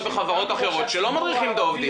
בחברות אחרות שלא מדריכים את העובדים.